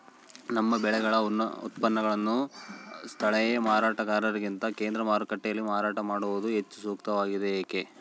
ನಮ್ಮ ಬೆಳೆಗಳ ಉತ್ಪನ್ನಗಳನ್ನು ಸ್ಥಳೇಯ ಮಾರಾಟಗಾರರಿಗಿಂತ ಕೇಂದ್ರ ಮಾರುಕಟ್ಟೆಯಲ್ಲಿ ಮಾರಾಟ ಮಾಡುವುದು ಹೆಚ್ಚು ಸೂಕ್ತವಾಗಿದೆ, ಏಕೆ?